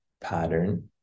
pattern